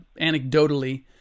anecdotally